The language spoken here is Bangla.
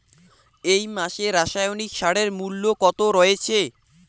এই মাসে রাসায়নিক সারের মূল্য কত রয়েছে?